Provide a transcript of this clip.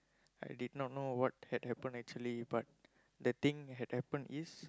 I did not know what had happen actually but the thing had happen is